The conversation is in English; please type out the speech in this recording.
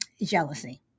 jealousy